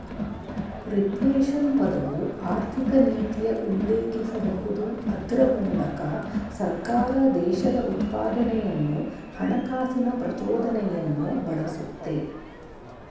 reflation ಪದವು ಆರ್ಥಿಕನೀತಿಯ ಉಲ್ಲೇಖಿಸಬಹುದು ಅದ್ರ ಮೂಲಕ ಸರ್ಕಾರ ದೇಶದ ಉತ್ಪಾದನೆಯನ್ನು ಹಣಕಾಸಿನ ಪ್ರಚೋದನೆಯನ್ನು ಬಳಸುತ್ತೆ